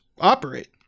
operate